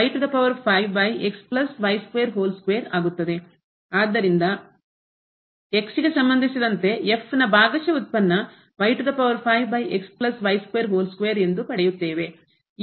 ಆದ್ದರಿಂದ ಗೆ ಸಂಬಂಧಿಸಿದಂತೆ ಭಾಗಶಃ ಉತ್ಪನ್ನ ಎಂದು ಪಡೆಯುತ್ತೇವೆ